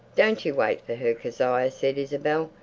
don't you wait for her, kezia! said isabel.